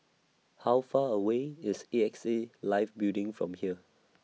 How Far away IS A X A Life Building from here